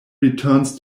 returns